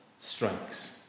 strikes